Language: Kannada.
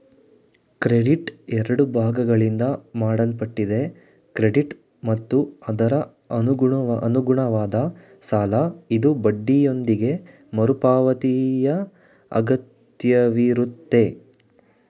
ಕ್ರೆಡಿಟ್ ಎರಡು ಭಾಗಗಳಿಂದ ಮಾಡಲ್ಪಟ್ಟಿದೆ ಕ್ರೆಡಿಟ್ ಮತ್ತು ಅದರಅನುಗುಣವಾದ ಸಾಲಇದು ಬಡ್ಡಿಯೊಂದಿಗೆ ಮರುಪಾವತಿಯಅಗತ್ಯವಿರುತ್ತೆ